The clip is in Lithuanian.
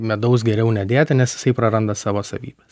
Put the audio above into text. medaus geriau nedėti nes jisai praranda savo savybes